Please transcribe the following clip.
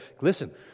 Listen